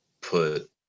put